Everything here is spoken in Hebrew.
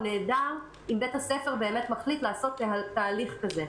נהדר אם בית הספר באמת מחליט לעשות תהליך כזה.